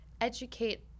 educate